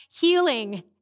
healing